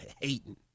hating